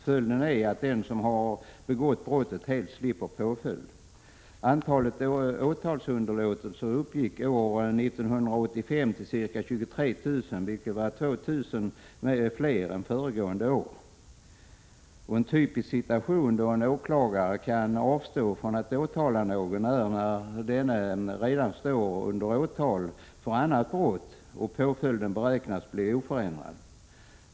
Följden är att den som har begått brottet helt slipper påföljd. Antalet åtalsunderlåtelser uppgick år 1985 till ca 23 000, vilket var 2 000 fler än föregående år. En typisk situation då en åklagare kan avstå från att åtala någon är när denne redan står under åtal för annat brott och påföljden beräknas bli oförändrad.